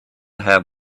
have